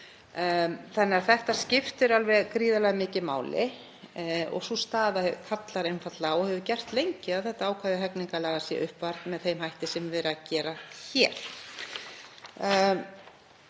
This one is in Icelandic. þannig að þetta skiptir alveg gríðarlega miklu máli. Sú staða kallar einfaldlega á, og hefur gert lengi, að þetta ákvæði hegningarlaga sé uppfært með þeim hætti sem verið er að gera hér.